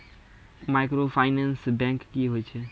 Microfinance bank की होय छै?